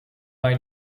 mei